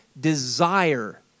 desire